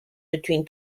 between